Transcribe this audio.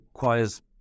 choir's